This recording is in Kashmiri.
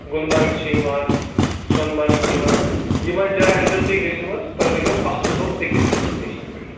گُلمرگ چھِ یِوان سۄنمرگ چھِ یِوان یِمَن جایہِ اگر تُہۍ گٔژھِو حظ تۄہہِ لَگیو اَکھ دۄہ أکِس ڈٮ۪سٹِنیشن پٮ۪ٹھ